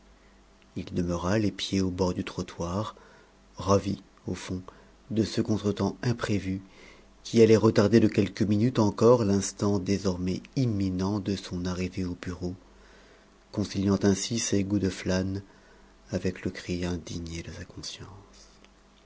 il demeura les pieds au bord du trottoir ravi au fond de ce contretemps imprévu qui allait retarder de quelques minutes encore l'instant désormais imminent de son arrivée au bureau conciliant ainsi ses goûts de flâne avec le cri indigné de sa conscience